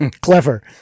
Clever